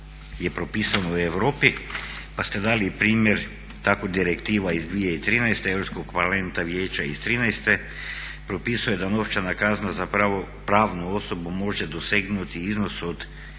to propisano u Europi pa ste dali primjer, tako Direktiva iz 2013. Europskog parlamenta i Vijeća iz 2013.proisuje da novčana kazna za pravnu osobu može dosegnuti iznos od